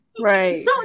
Right